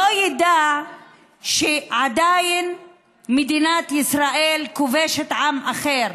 לא ידע שעדיין מדינת ישראל כובשת עם אחר.